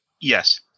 Yes